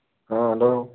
آ ہیٚلو